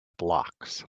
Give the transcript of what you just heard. blocks